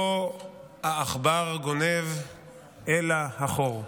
לא העכבר גנב אלא החור.